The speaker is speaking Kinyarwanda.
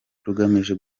rugamije